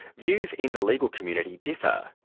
views in the legal community differ.